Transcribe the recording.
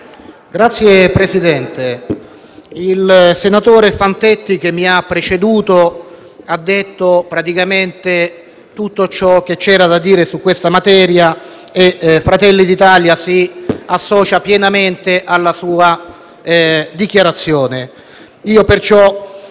Signor Presidente, il senatore Fantetti che mi ha preceduto ha detto praticamente tutto ciò che c'era da dire su questa materia e Fratelli d'Italia si associa pienamente alla sua dichiarazione. Vorrei